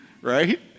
Right